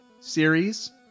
series